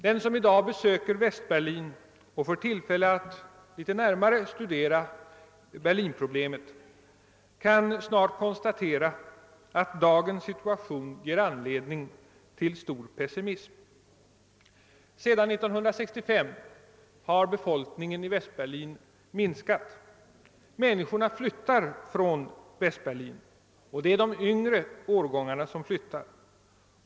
Den som i dag besöker Västberlin och får tillfälle att litet närmare studera Berlin-problemet kan snart konstatera, att dagens situation ger anledning till stor pessimism. Sedan 1965 har befolkningen i Västberlin minskat. Människorna flyttar från Västberlin, och det är främst de yngre årgångarna som flyttar.